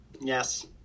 Yes